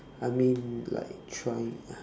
I mean like trying